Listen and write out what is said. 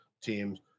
teams